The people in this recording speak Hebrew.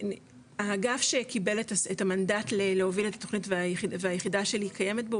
האגף שקיבל את המנדט להוביל את התוכנית והיחידה שלי קיימת בו,